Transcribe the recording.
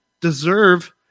deserve